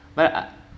but I